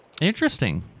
Interesting